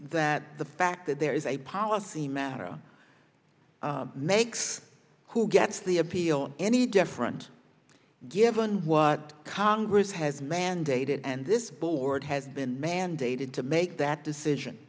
that the fact that there is a policy matter makes who gets the appeal any different given what congress has mandated and this board has been mandated to make that decision